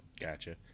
Gotcha